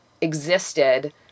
existed